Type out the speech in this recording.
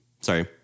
Sorry